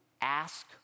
ask